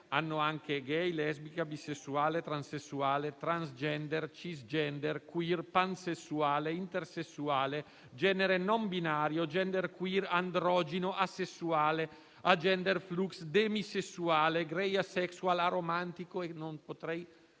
anche *gay*, lesbica, bisessuale, transessuale, *transgender*, *cisgender*, *queer*, pansessuale, intersessuale, genere non binario, *genderqueer*, androgino, asessuale, *agenderflux*, demisessuale, *grey asexual*, aromantico. E potrei